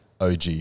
OG